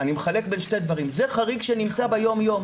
אני מחלק בין שני דברים זה חריג שנמצא ביום-יום,